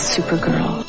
Supergirl